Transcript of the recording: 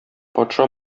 патша